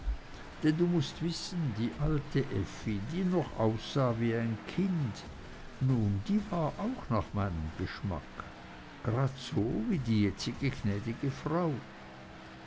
denn du mußt wissen die alte effi die noch aussah wie ein kind nun die war auch nach meinem geschmack gradeso wie die jetzige gnäd'ge frau